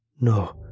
No